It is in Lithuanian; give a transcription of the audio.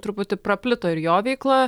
truputį praplito ir jo veikla